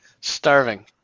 starving